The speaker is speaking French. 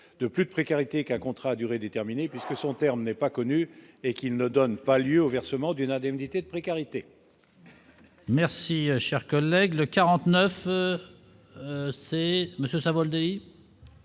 de plus de précarité qu'un contrat à durée déterminée, puisque son terme n'est pas connu et qu'il ne donne pas lieu au versement d'une indemnité de précarité. Merci, cher collègue, le 49 c'est monsieur Savoldelli.